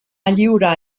lliurar